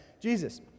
Jesus